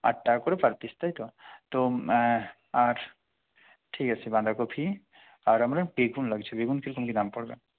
আট টাকা করে পার পিস তাই তো তো আর ঠিক আছে বাঁধাকপি আর আমরা বেগুন লাগছে বেগুন কীরকম কি দাম পড়বে